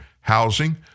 housing